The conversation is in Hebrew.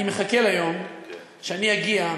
אני מחכה ליום שאני אגיע,